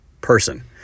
person